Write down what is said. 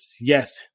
Yes